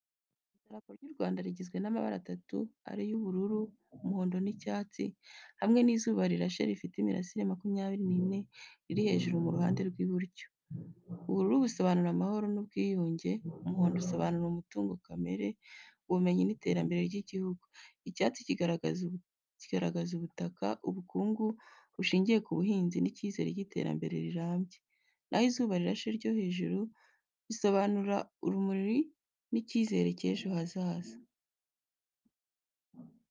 Idarapo ry’u Rwanda rigizwe n’amabara atatu ariyo ubururu, umuhondo n’icyatsi, hamwe n’izuba rirashe rifite imirasire makumyabiri nine riri hejuru mu ruhande rw’iburyo. Ubururu busobanura amahoro n’ubwiyunge, umuhondo usobanura umutungo kamere, ubumenyi n’iterambere ry’igihugu, icyatsi kigaragaza ubutaka, ubukungu bushingiye ku buhinzi n’icyizere cy’iterambere rirambye, na ho izuba rirashe ryo hejuru risobanura urumuri n’icyizere cy’ejo hazaza.